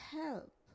help